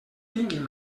tinguin